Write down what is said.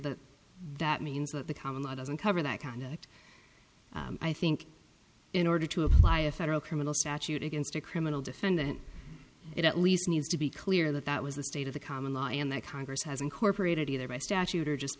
that that means that the common law doesn't cover that conduct i think in order to apply a federal criminal statute against a criminal defendant it at least needs to be clear that that was the state of the common law and that congress has incorporated either by statute or just